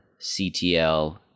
CTL